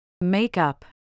Makeup